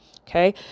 okay